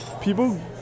people